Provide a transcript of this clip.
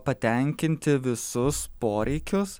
patenkinti visus poreikius